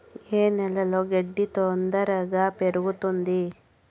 ఏ నేలలో గడ్డి తొందరగా పెరుగుతుంది